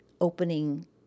opening